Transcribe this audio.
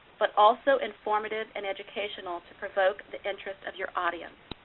but also informative and educational to provoke the interest of your audience.